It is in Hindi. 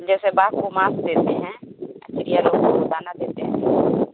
जैसे बाघ को माँस देते हैं चिड़िया को दाना देते हैं